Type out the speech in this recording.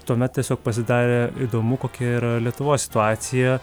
tuomet tiesiog pasidarė įdomu kokia yra lietuvos situacija